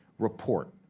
report.